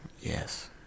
Yes